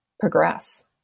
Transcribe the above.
progress